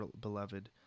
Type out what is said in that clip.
beloved